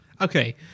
Okay